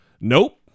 Nope